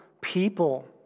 people